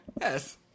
Yes